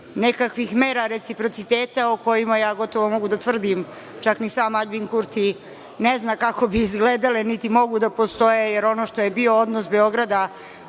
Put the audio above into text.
nekakvih mera reciprociteta, o kojima, ja gotovo mogu da tvrdim, čak ni sam Aljbin Kurti ne zna kako bi izgledale, niti mogu da postoje, jer ono što je bio odnos Beograda